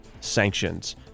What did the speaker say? sanctions